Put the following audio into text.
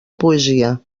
poesia